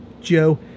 Joe